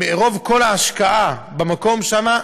מרוב כל ההשקעה במקום שם,